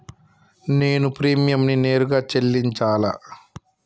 నేను ప్రీమియంని నేరుగా చెల్లించాలా?